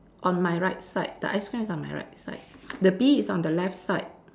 on my right side the ice cream is on my right side the bee is on the left side